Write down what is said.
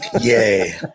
Yay